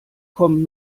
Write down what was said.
kommen